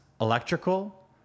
electrical